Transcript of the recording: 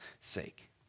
sake